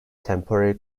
temporary